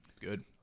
Good